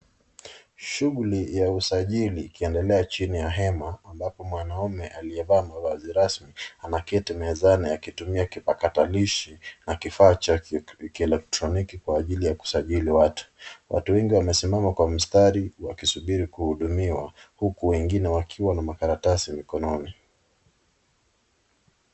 Shughuli ya usajili ikiendelea chini ya hema ambapo mwanaume aliyevaa mavazi rasmi anaketi mezani akitumia kipakatalishi na kifaa cha kielektroniki kwa ajili ya kusajili watu. Watu wengi wamesimama kwa mstari uku wakisubiri kuhudumiwa uku wengine wakiwa na makaratasi mikononi.